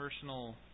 personal